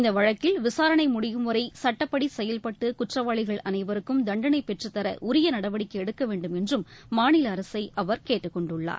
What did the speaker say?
இந்த வழக்கில் விசாரணை முடியும்வரை சட்டப்படி செயல்பட்டு குற்றவாளிகள் அனைவருக்கும் பெற்றுத்தர உரியநடவடிக்கை எடுக்கவேண்டும் என்றும் மாநில தண்டனை கேட்டுக்கொண்டுள்ளார்